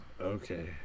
Okay